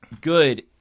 good